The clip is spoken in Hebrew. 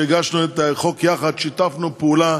הגשנו את החוק יחד, שיתפנו פעולה.